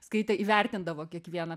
skaitė įvertindavo kiekvieną